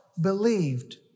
believed